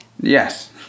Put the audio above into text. yes